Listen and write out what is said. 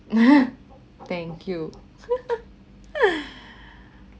thank you